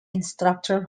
instructors